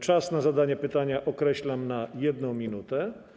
Czas na zadanie pytania określam na 1 minutę.